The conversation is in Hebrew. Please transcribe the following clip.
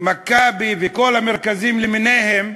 "מכבי" וכל המרכזים למיניהם,